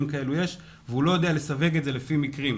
כאלה קרו בפעוטונים הוא לא יודע לסווג אותם לפי מקרים.